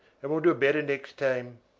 and we'll do better next time.